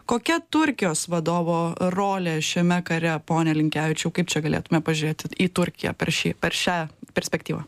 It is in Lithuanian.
kokia turkijos vadovo rolė šiame kare pone linkevičiau kaip čia galėtume pažiūrėt į į turkiją per šį per šią perspektyvą